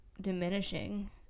diminishing